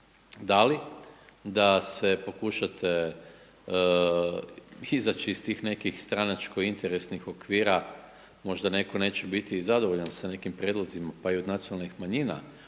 dali, da se pokušate izaći iz tih nekih stranačko-interesnih okvira, možda netko neće biti i zadovoljan sa nekim prijedlozima, pa i od nacionalnih manjina